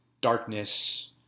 Darkness